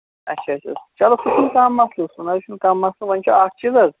اچھا اچھا چَلو سُہ چھُ نہٕ کانٛہہ مَسلہٕ سُہ نہٕ حظ چھُ نہٕ کانٛہہ مسلہٕ وۅنۍ چھُ اکھ چیٖز حظ